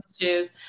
issues